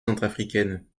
centrafricaine